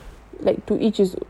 like to each his own